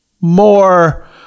more